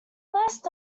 worst